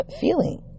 Feeling